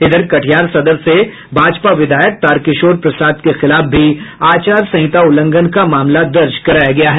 इधर कटिहार सदर से भाजपा विधायक तारकिशोर प्रसाद के खिलाफ भी आचार संहिता उल्लंघन का मामला दर्ज कराया गया है